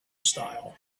style